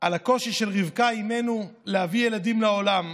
על הקושי של רבקה אימנו להביא ילדים לעולם.